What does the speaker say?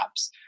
apps